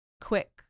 quick